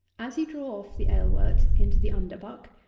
as you draw off the ale-wort into the underbuck,